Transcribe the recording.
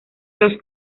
los